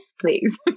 please